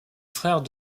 frère